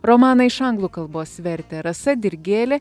romaną iš anglų kalbos vertė rasa dirgėlė